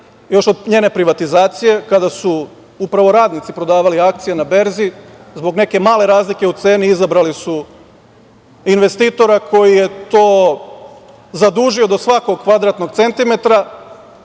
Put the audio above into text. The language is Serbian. još od njene privatizacije kada su upravo radnici prodavali akcije na berzi, zbog neke male razlike u ceni, izabrali su investitora koji je to zadužio do svakog kvadratnog centimetra,